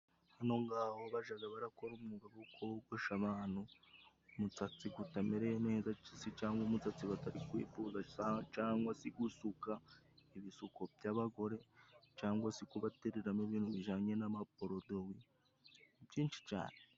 Hanongaho bajaga barakora umwuga wo kogosha abantu umusatsi kutamereye neza cangwa se umusatsi batari kwifuza cangwa se gusuka ibisuko by'abagore cangwa se kubatereramo ibintu bijanye n'amaporodowi byinshi cane.